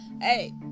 Hey